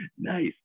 nice